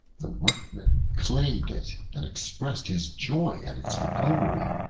the workman claimed it and expressed his joy at its recovery.